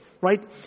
Right